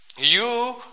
You